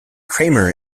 kramer